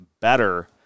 better